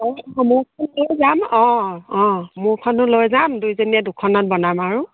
অঁ মোৰখন লৈ যাম অঁ অঁ অঁ মোৰখনো লৈ যাম দুইজনীয়ে দুখনত বনাম আৰু